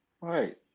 Right